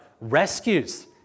rescues